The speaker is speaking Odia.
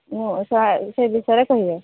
ମୁଁ ସାର୍ ସେ ବିଷୟରେ କହିବେ